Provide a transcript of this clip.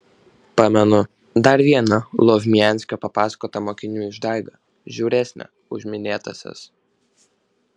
pamenu dar vieną lovmianskio papasakotą mokinių išdaigą žiauresnę už minėtąsias